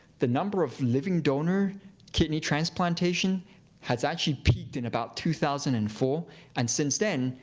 the number of living donor kidney transplantation has actually peaked in about two thousand and four. and since then,